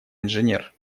инженер